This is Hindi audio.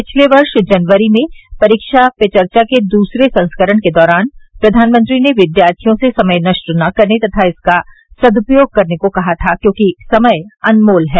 पिछले वर्ष जनवरी में परीक्षा पे चर्चा के दूसरे संस्करण के दौरान प्रधानमंत्री ने विद्यार्थियों से समय नष्ट न करने तथा इसका सदुपयोग करने को कहा था क्योंकि समय अनमोल है